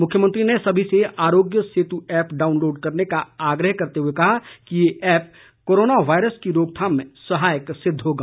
मुख्यमंत्री ने सभी से आरोग्य सेतु ऐप डाउनलोड करने का आग्रह करते हुए कहा कि ये ऐप कोरोना वायरस की रोकथाम में सहायक सिद्ध होगी